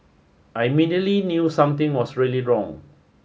I immediately knew something was really wrong